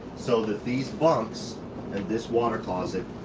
so that these bunks and this water closet,